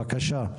בבקשה.